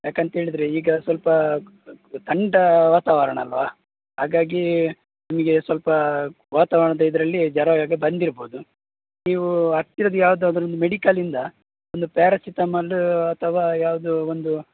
ಯಾಕೆಂತ ಹೇಳಿದ್ರೆ ಈಗ ಸ್ವಲ್ಪ ಥಂಡಾ ವಾತಾವರಣ ಅಲ್ವ ಹಾಗಾಗಿ ನಿಮಗೆ ಸ್ವಲ್ಪ ವಾತಾವರಣದ ಇದರಲ್ಲಿ ಜ್ವರ ಹಾಗೆ ಬಂದಿರಬೋದು ನೀವು ಹತ್ತಿರದ ಯಾವುದಾದ್ರು ಒಂದು ಮೆಡಿಕಲ್ಯಿಂದ ಒಂದು ಪ್ಯಾರಾಸಿತಮಾಲ್ ಅಥವಾ ಯಾವುದು ಒಂದು